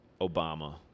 Obama